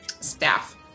staff